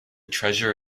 treasure